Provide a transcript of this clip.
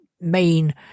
main